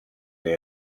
they